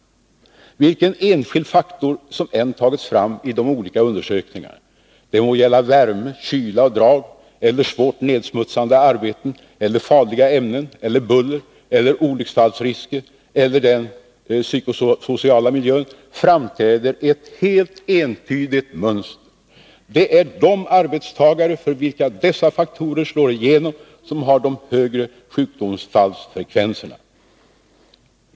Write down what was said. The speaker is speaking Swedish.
Vilken enskild faktor som än tagits fram i olika undersökningar — det må gälla värme, kyla och drag, svårt nedsmutsande arbeten, farliga ämnen, buller, olycksfallsrisker eller den psykosociala miljön — framträder ett helt entydigt mönster: det är de arbetstagare för vilka dessa faktorer slår igenom som har en högre sjukdomsfallsfrekvens.